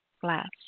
glass